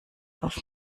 auf